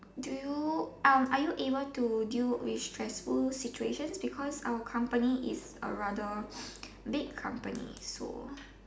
do you are you able to deal with stressful situations because our company is a rather big company so